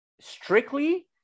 strictly